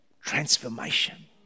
Transformation